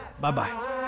Bye-bye